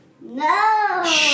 No